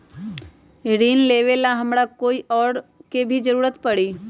ऋन लेबेला हमरा कोई और के भी जरूरत परी?